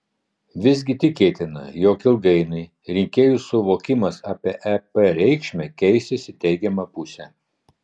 visgi tikėtina jog ilgainiui rinkėjų suvokimas apie ep reikšmę keisis į teigiamą pusę